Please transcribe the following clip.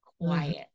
quiet